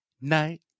night